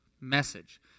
Message